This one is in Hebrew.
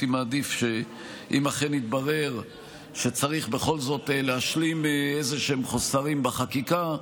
שהייתי מעדיף שאם אכן יתברר שצריך בכל זאת להשלים איזשהם חוסרים בחקיקה,